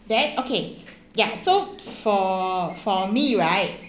then okay ya so for for me right